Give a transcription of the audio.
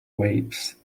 waves